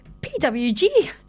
PWG